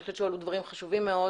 אני חושבת שעלו דברים חשובים מאוד